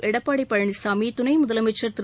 எடப்பாடி பழனிசாமி துணை முதலமைச்சர் திரு